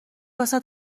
واست